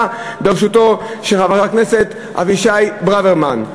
בראשותו של חבר הכנסת אבישי ברוורמן.